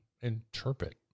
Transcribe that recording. interpret